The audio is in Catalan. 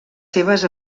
seves